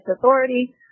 authority